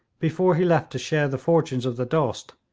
before he left to share the fortunes of the dost,